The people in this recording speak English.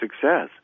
success